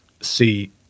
see